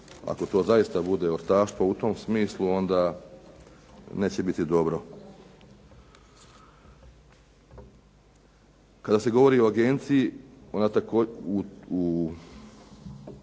ako to zaista bude ortaštvo u tom smislu onda neće biti dobro. Kada se govori o agenciji onda